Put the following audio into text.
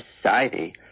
society